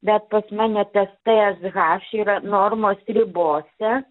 bet pas mane tas tsh yra normos ribose